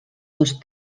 dos